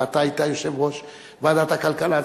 ואתה היית יושב-ראש ועדת הכלכלה.